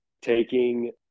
Taking